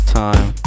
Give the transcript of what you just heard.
time